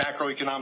macroeconomic